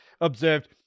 observed